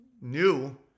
new